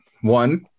one